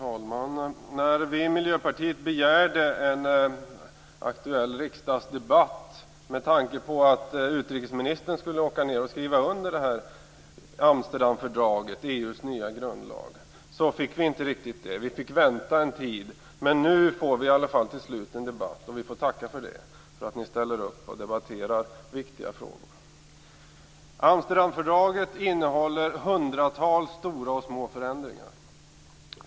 Fru talman! När vi i Miljöpartiet begärde en aktuell riksdagsdebatt med tanke på att utrikesministern skulle åka ned och skriva under Amsterdamfördraget, EU:s nya grundlag, fick vi inte det. Vi fick vänta en tid, men nu får vi i alla fall till slut en debatt. Vi får tacka för att ni ställer upp och debatterar viktiga frågor. Amsterdamfördraget innehåller hundratals stora och små förändringar.